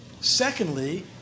Secondly